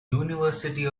university